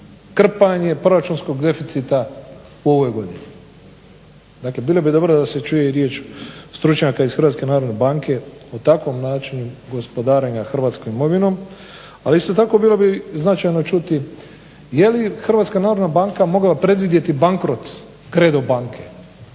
krpanje proračunskog deficita u ovoj godini. Dakle bilo bi dobro da se čuje riječ stručnjaka iz Hrvatske narodne banke o takvom načinu gospodarenja hrvatskom imovinom ali isto tako bilo bi značajno čuti je li HNB mogla predvidjeti bankrot Kredo banke